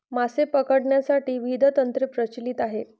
मासे पकडण्यासाठी विविध तंत्रे प्रचलित आहेत